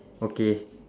okay